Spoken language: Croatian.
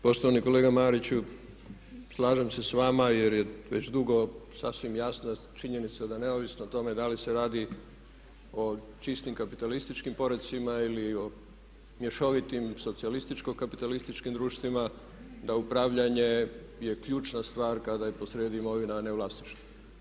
Poštovani kolega Mariću, slažem se sa vama jer je već dugo sasvim jasna činjenica da neovisno o tome da li se radi o čistim kapitalističkim poredcima ili o mješovitim socijalističko-kapitalističkim društvima, da upravljanje je ključna stvar kada je posrijedi imovina a ne vlasništvo.